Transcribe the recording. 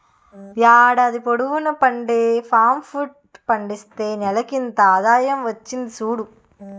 ఏడాది పొడువునా పండే పామ్ ఫ్రూట్ పండిస్తే నెలకింత ఆదాయం వచ్చింది సూడు